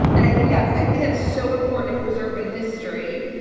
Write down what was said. and i think yeah i think that's so important to preserve in history,